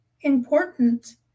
important